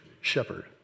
shepherd